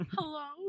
Hello